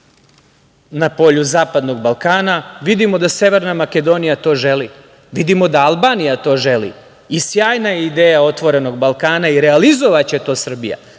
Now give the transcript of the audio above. na polju zapadnog Balkana. Vidimo da Severna Makedonija to želi, vidimo da Albanija to želi. Sjajna je ideja otvorenog Balkana i realizovaće to Srbija.